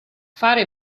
fare